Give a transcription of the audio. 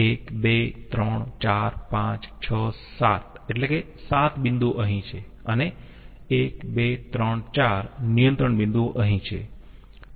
1 2 3 4 5 6 7 એટલે કે 7 બિંદુઓ અહીં છે અને 1 2 3 4 નિયંત્રણ બિંદુઓ અહીં છે